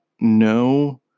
no